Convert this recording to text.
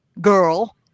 Girl